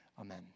Amen